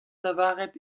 lavaret